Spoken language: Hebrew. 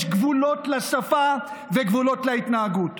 יש גבולות לשפה וגבולות להתנהגות.